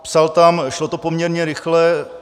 Psal tam: Šlo to poměrně rychle.